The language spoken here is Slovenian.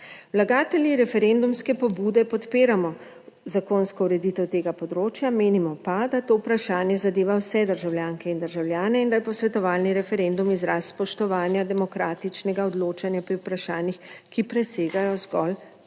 Vlagatelji referendumske pobude podpiramo zakonsko ureditev tega področja, menimo pa, da to vprašanje zadeva vse državljanke in državljane in da je posvetovalni referendum izraz spoštovanja demokratičnega odločanja pri vprašanjih, ki presegajo zgolj